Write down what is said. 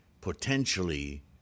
potentially